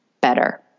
better